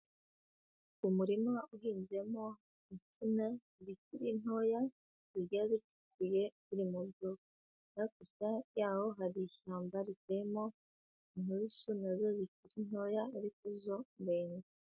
Umurima uhinzemo insina zikiri ntoya zigiye zicukuye ziri mu rwobo, hakurya yaho hari ishyamba riteyemo inturusu nazo zikiri ntoya ariko zo ndende.